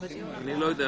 אני לא יודע.